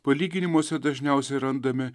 palyginimuose dažniausiai randame